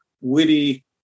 witty